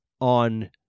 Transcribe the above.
on